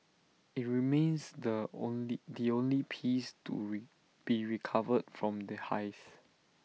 IT remains the only the only piece to be recovered from the heist